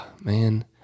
Man